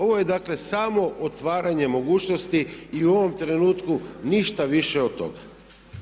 Ovo je dakle samo otvaranje mogućnosti i u ovom trenutku ništa više od toga.